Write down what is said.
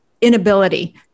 inability